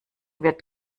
wird